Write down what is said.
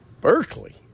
Berkeley